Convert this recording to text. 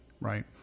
right